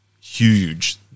huge